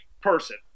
person